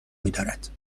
میدارد